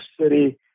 city